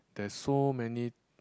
there is so many